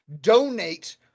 donate